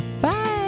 Bye